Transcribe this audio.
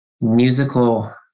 musical